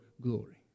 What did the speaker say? glory